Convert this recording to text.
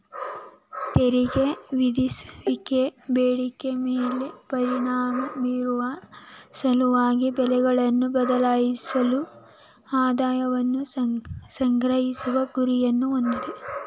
ತೆರಿಗೆ ವಿಧಿಸುವಿಕೆ ಬೇಡಿಕೆ ಮೇಲೆ ಪರಿಣಾಮ ಬೀರುವ ಸಲುವಾಗಿ ಬೆಲೆಗಳನ್ನ ಬದಲಾಯಿಸಲು ಆದಾಯವನ್ನ ಸಂಗ್ರಹಿಸುವ ಗುರಿಯನ್ನ ಹೊಂದಿದೆ